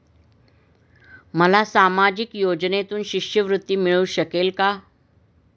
मला सामाजिक योजनेतून शिष्यवृत्ती मिळू शकेल का?